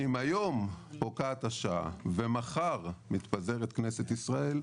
אם היום פוקעת השעה ומחר מתפזרת כנסת ישראל,